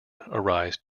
arise